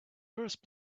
first